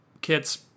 kits